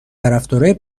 طرفدارای